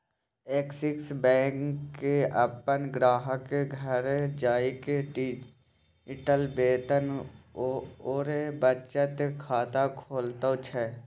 axis Bank अपन ग्राहकक घर जाकए डिजिटल वेतन आओर बचत खाता खोलैत छै